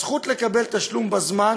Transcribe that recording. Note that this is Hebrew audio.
הזכות לקבל תשלום בזמן